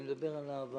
אני מדבר על העבר.